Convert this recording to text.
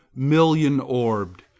million-orbed,